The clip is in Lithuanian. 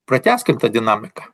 pratęskim tą dinamiką